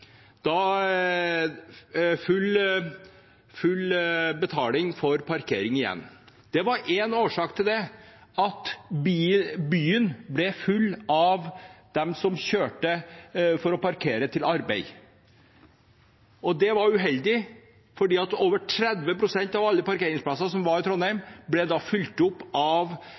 da kommunalråd i Trondheim. Vi innførte igjen full betaling for parkering. Det var én årsak til det: Byen ble full av dem som kjørte for å parkere i forbindelse med arbeid. Det var uheldig, fordi over 30 pst. av alle parkeringsplasser som var i Trondheim, da ble fylt opp av